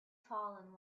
fallen